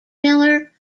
miller